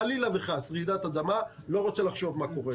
חלילה וחס רעידת אדמה, אני לא רוצה לחשוב מה קורה.